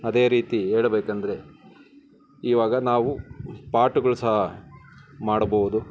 ಅದೇ ರೀತಿ ಹೇಳಬೇಕಂದ್ರೆ ಇವಾಗ ನಾವು ಪಾಟ್ಗಳು ಸಹ ಮಾಡಬೋದು